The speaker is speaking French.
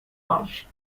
orge